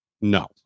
No